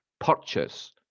purchase